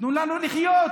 תנו לנו לחיות.